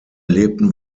lebten